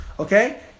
Okay